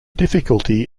difficulty